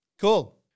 Cool